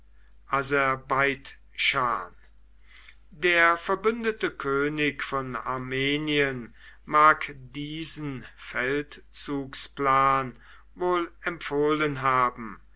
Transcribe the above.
der verbündete könig von armenien mag diesen feldzugsplan wohl empfohlen haben